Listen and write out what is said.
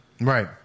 Right